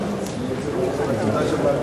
נתקבלה.